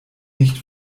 nicht